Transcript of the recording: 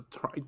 try